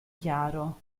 chiaro